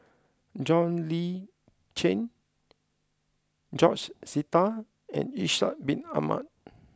John Le Cain George Sita and Ishak Bin Ahmad